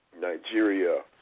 Nigeria